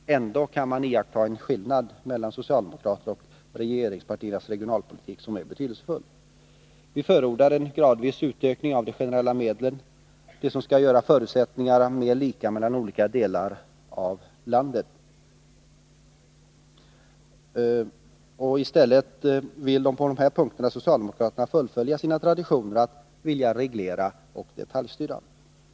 Ändå kan man iaktta en skillnad mellan socialdemokraternas och regeringspartiernas regionalpolitik som är betydelsefull. Vi förordar en gradvis utökning av de generella medlen — de som skall göra förutsättningarna mer lika mellan olika delar av landet. Socialdemokraterna vill i stället fullfölja sina traditioner att reglera och detaljstyra.